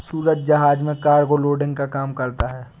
सूरज जहाज में cargo loading का काम करता है